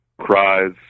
cries